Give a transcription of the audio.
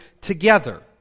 together